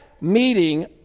meeting